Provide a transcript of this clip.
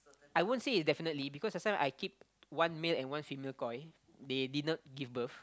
I won't say definitely because last time I keep one male and one female koi they did not give birth